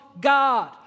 God